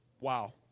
Wow